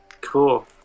Cool